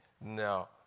Now